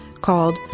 called